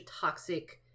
toxic